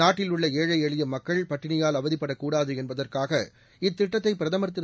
நாட்டில் உள்ள ஏழை எளிய மக்கள் பட்டினியால் அவதிப்படக்கூடாது என்பதற்காக இத்திட்டத்தை பிரதமர் திரு